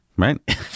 Right